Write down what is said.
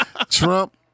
Trump